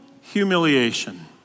humiliation